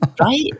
Right